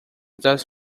das